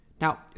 Now